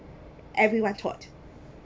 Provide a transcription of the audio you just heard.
everyone thought